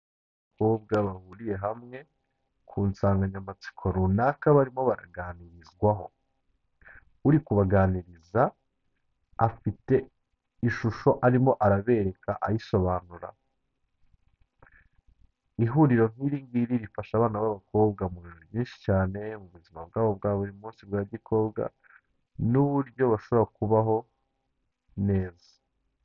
Abakobwa bahuriye hamwe ku nsanganyamatsiko runaka barimo baraganirizwaho, uri kubaganiriza afite ishusho arimo arabereka ayisobanura, ihuriro nk'iri ngiri rifasha abana b'abakobwa mu bintu byinshi cyane, mu buzima bwabo bwa buri munsi bwa gikobwa n'uburyo bashobora kubaho neza.